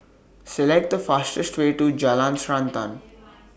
Select The fastest Way to Jalan Srantan